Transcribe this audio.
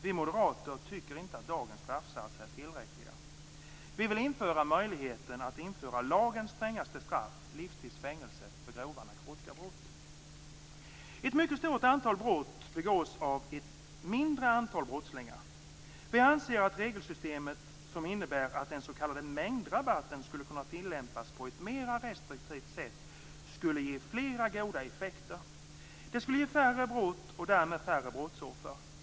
Vi moderater tycker inte att dagens straffsatser är tillräckliga. Vi vill införa möjligheten att döma till lagens strängaste straff, livstids fängelse, för grova narkotikabrott. Ett mycket stort antal brott begås av ett mindre antal brottslingar. Vi anser att det regelsystem som innebär att den s.k. mängdrabatten skulle kunna tilllämpas på ett mera restriktivt sätt skulle ge flera goda effekter. Det skulle ge färre brott, och därmed färre brottsoffer.